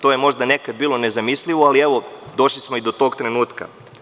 To je možda nekad bilo nezamislivo, ali došli smo i do tog trenutka.